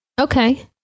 Okay